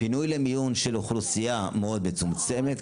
פינוי למיון של אוכלוסייה מאוד מצומצמת,